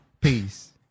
Peace